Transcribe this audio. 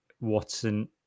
Watson